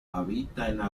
habita